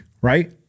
right